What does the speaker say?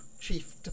Chief